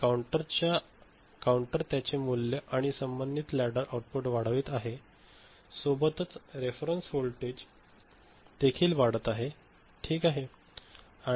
आणि काउंटर त्याचे मूल्य आणि संबंधित लॅडर आउटपुट वाढवित आहे सोबतच रेफरन्स व्होल्टेज देखील वाढत आहे ठीक आहे